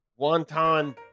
wonton